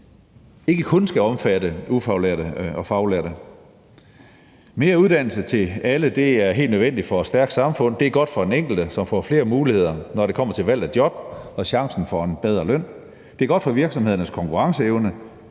ikke kun skal omfatte ufaglærte og faglærte. Mere uddannelse til alle er helt nødvendigt for et stærkt samfund. Det er godt for den enkelte, som får flere muligheder, når det kommer til valg af job og chancen for en bedre løn; det er godt for virksomhedernes konkurrenceevne,